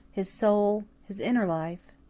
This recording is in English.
his soul, his inner life.